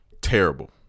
Terrible